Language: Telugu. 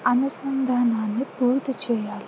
అనుసంధానాన్ని పూర్తి చేయాలి